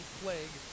plague